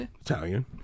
Italian